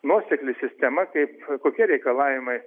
nuosekli sistema kaip kokie reikalavimai